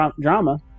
drama